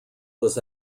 was